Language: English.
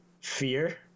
fear